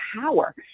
power